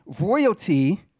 royalty